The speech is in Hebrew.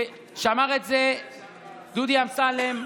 כשאמר את זה דודי אמסלם,